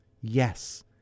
Yes